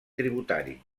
tributari